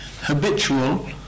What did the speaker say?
Habitual